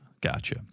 Gotcha